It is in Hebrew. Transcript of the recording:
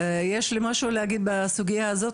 יש לי משהו להגיד בסוגייה הזאת,